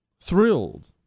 thrilled